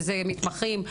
מתמחים,